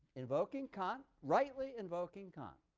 invoking kant rightly invoking kant